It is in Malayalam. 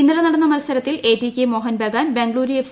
ഇന്നലെ നടന്ന മത്സരത്തിൽ എടികെ മോഹൻ ബഗാൻ ബംഗളുരു എഫ്